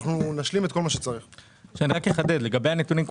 אני רק אחדד לגבי הנתונים.